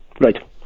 Right